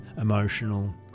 emotional